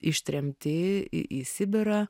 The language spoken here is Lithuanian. ištremti į į sibirą